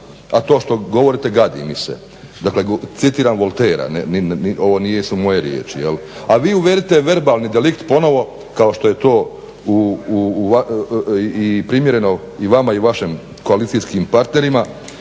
a to što govorite gadi mi se. Dakle citiram Voltairea, ovo nisu moje riječi. A vi uvedite verbalni delikt ponovo kao što je to primjereno i vama i vašim koalicijskim partnerima